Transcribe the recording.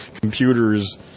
computers